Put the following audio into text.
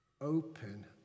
Open